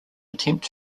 attempt